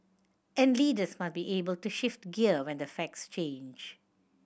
and leaders must be able to shift gear when the facts change